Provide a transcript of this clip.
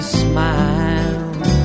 smiles